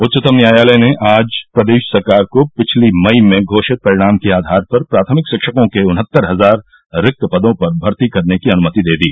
उच्चतम न्यायालय ने आज प्रदेश सरकार को पिछली मई में घोषित परिणाम के आधार पर प्राथमिक शिक्षकों के उनहत्तर हजार रिक्त पदों पर भर्ती करने की अनुमति दे दी